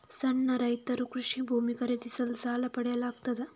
ಸಣ್ಣ ರೈತರು ಕೃಷಿ ಭೂಮಿ ಖರೀದಿಸಲು ಸಾಲ ಪಡೆಯಲು ಆಗ್ತದ?